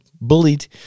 bullied